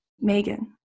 Megan